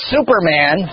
Superman